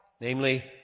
namely